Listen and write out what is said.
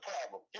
problem